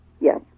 Yes